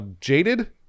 jaded